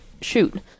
shoot